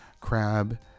crab